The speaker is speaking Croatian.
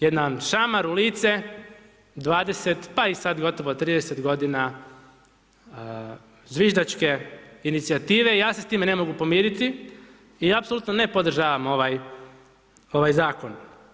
Jedan šamar u lice 20, pa i sad gotovo 30 godina zviždačke inicijative i ja se s time ne mogu pomiriti i apsolutno ne podržavam ovaj zakon.